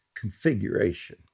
configuration